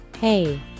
Hey